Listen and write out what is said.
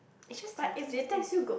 it's just the things